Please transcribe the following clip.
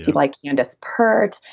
like candace pert.